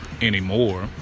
anymore